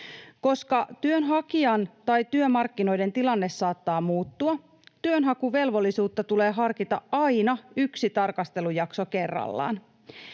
Koska työnhakijan tai työmarkkinoiden tilanne saattaa muuttua, työnhakuvelvollisuutta tulee harkita aina yksi tarkastelujakso kerrallaan.